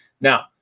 Now